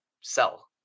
sell